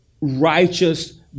righteous